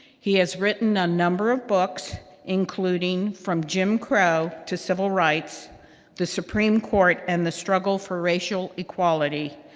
he has written a number of books including from jim crow to civil rights the supreme court and the struggle for racial equality,